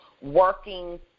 working